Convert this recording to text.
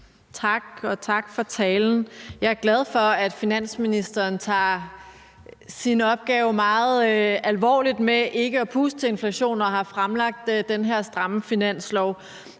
Tak, og tak for talen. Jeg er glad for, at finansministeren tager sin opgave med ikke at puste til inflationen alvorligt og har fremsat det her stramme finanslovsforslag.